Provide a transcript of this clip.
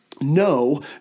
No